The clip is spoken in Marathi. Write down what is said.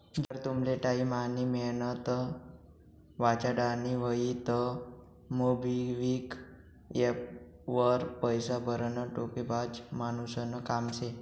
जर तुमले टाईम आनी मेहनत वाचाडानी व्हयी तं मोबिक्विक एप्प वर पैसा भरनं डोकेबाज मानुसनं काम शे